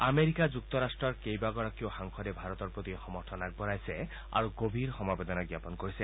America যুক্তৰাট্টৰ কেইবাগৰাকীও সাংসদে ভাৰতৰ প্ৰতি সমৰ্থন আগবঢ়াইছে আৰু গভীৰ সমবেদনা জ্ঞাপন কৰিছে